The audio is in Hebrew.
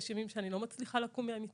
יש ימים שאני לא מצליחה לקום מהמיטה.